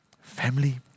family